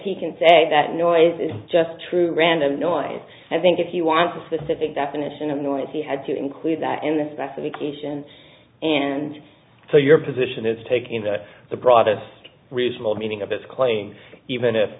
he can say that noise is just true random noise i think if you want a specific definition of noise he had to include that in the specification and so your position is taking the broadest reasonable meaning of his claims even if